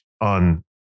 on